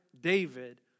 David